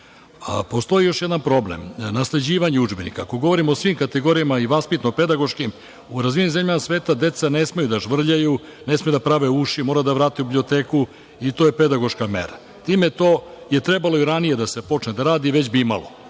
sigurno. Postoji još jedan problem, nasleđivanje udžbenika. Ako govorimo o svim kategorijama i vaspitno pedagoškim, u razvijenim zemljama sveta, deca ne smeju da žvrljaju, da prave uši, moraju da vrate u biblioteku i to je pedagoška mera. To je trebalo i ranije da se počne da se radi, i već bi imalo,